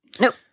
Nope